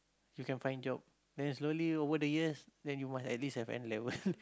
you can find job then slowly over the years then you must at least have N-level